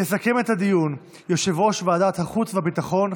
יסכם את הדיון יושב-ראש ועדת החוץ והביטחון,